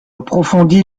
approfondi